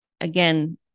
again